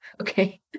Okay